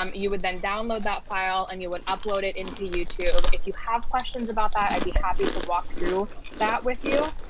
um you would then download that file and you will upload it into youtube. if you have questions about that, i'd be happy to walk through that with you.